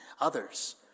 others